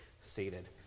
seated